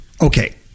Okay